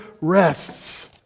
rests